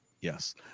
yes